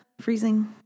freezing